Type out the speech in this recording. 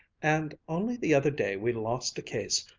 and only the other day we lost a case,